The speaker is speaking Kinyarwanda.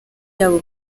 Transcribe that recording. yabo